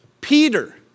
Peter